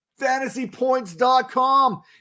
fantasypoints.com